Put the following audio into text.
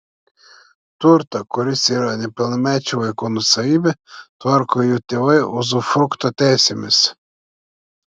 turtą kuris yra nepilnamečių vaikų nuosavybė tvarko jų tėvai uzufrukto teisėmis